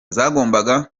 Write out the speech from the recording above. zagombaga